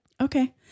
Okay